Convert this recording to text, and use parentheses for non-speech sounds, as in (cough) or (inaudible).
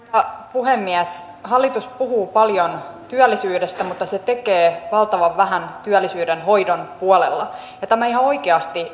puhemies hallitus puhuu paljon työllisyydestä mutta se tekee valtavan vähän työllisyyden hoidon puolella tämä ihan oikeasti (unintelligible)